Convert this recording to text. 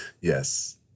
Yes